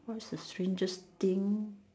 what's the strangest thing